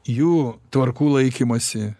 jų tvarkų laikymąsi